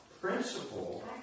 principle